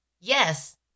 Yes